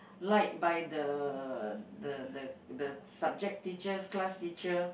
like by the the the the subject teachers class teacher